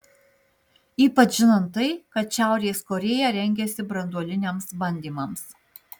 ypač žinant tai kad šiaurės korėja rengiasi branduoliniams bandymams